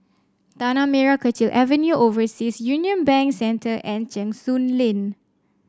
Tanah Merah Kechil Avenue Overseas Union Bank Center and Cheng Soon Lane